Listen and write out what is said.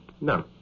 No